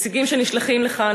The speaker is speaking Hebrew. נציגים שנשלחים לכאן,